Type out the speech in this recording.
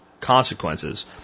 consequences